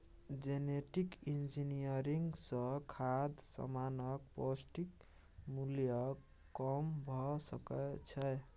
genetic engineering सँ खाद्य समानक पौष्टिक मुल्य कम भ सकै छै